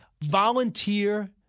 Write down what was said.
volunteer